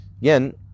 Again